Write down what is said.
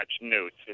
notes